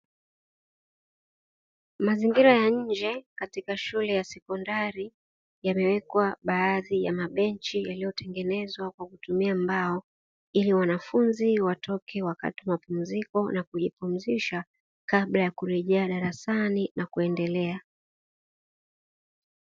Mazingira ya nje katika shule ya sekondari yamewekwa baadhi ya mabenchi yaliyotengenezwa kwa kutumia mbao, ili wanafunzi watoke wakati mapumziko na kujipumzisha kabla ya kurejea darasani na kuendelea.